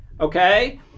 okay